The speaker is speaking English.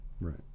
Right